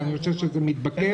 ואני חושב שזה מתבקש.